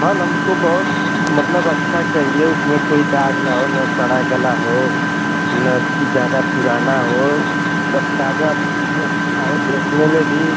फल हमको बहुत मतलब अच्छा चाहिए उसमें कोई दाग ना हो ना सड़ा गला हो ना ज्यादा पुराना हो मतलब ताजा हो अच्छा हो देखने में भी